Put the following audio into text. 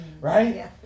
Right